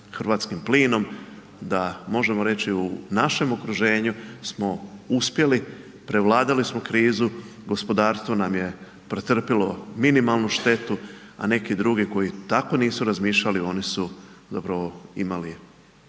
hrvatskim plinom, da možemo reći u našem okruženju smo uspjeli prevladali smo krizu, gospodarstvo nam je pretrpjelo minimalnu štetu, a neki drugi koji tako nisu razmišljali oni su zapravo imali